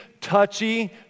touchy